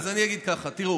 אז אני אגיד ככה: תראו,